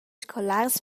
scolars